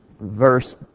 verse